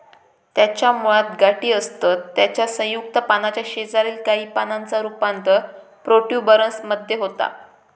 त्याच्या मुळात गाठी असतत त्याच्या संयुक्त पानाच्या शेजारील काही पानांचा रूपांतर प्रोट्युबरन्स मध्ये होता